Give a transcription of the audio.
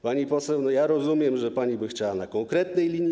Pani poseł, rozumiem, że pani by chciała na konkretnej linii.